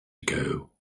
ago